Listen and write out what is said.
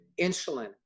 insulin